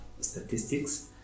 statistics